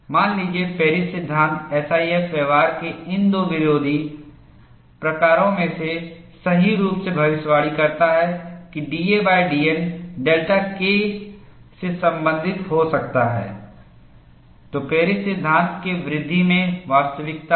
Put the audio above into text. मान लीजिए पेरिस सिद्धांत एसआईएफ व्यवहार के इन दो विरोधी प्रकारों में सही रूप से भविष्यवाणी करता है कि dadN डेल्टा K से संबंधित हो सकता है तो पेरिस सिद्धांत के वृद्धि में वास्तविकता है